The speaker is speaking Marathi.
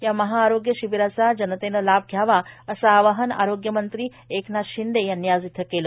या महाआरोग्य शिबिराचा जनतेने लाभ घ्यावा असे आवाहन आरोग्यमंत्री एकनाथ शिंदे यांनी आज मंबई येथे केले